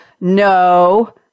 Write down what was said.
no